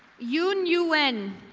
yun yu en,